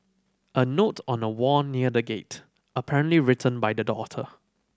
a note on a wall near the gate apparently written by the daughter